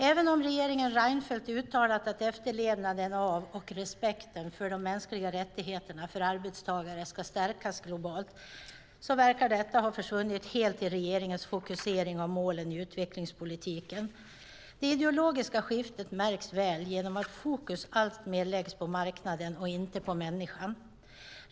Även om regeringen Reinfeldt uttalat "att efterlevnaden av och respekten för de mänskliga rättigheterna för arbetstagare ska stärkas globalt" verkar detta ha försvunnit helt i regeringens fokusering av målen i utvecklingspolitiken. Det ideologiska skiftet märks väl genom att fokus alltmer läggs på marknaden och inte på människan.